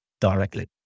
directly